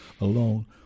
alone